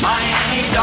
Miami